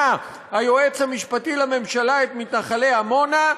היועץ המשפטי לממשלה את מתנחלי עמונה,